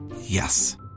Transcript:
Yes